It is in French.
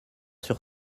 sur